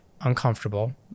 uncomfortable